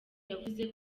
yavuze